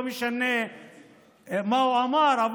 ממשלה ימנית ציונית.